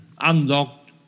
unlocked